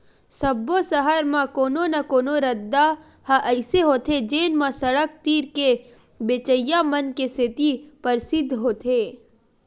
सब्बो सहर म कोनो न कोनो रद्दा ह अइसे होथे जेन म सड़क तीर के बेचइया मन के सेती परसिद्ध होथे